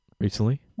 recently